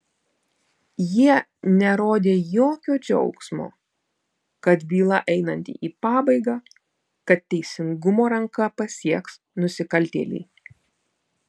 jie nerodė jokio džiaugsmo kad byla einanti į pabaigą kad teisingumo ranka pasieks nusikaltėlį